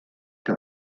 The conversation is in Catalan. que